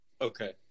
Okay